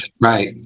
right